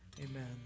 amen